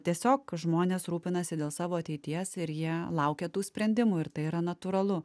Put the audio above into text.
tiesiog žmonės rūpinasi dėl savo ateities ir jie laukia tų sprendimų ir tai yra natūralu